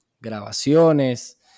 grabaciones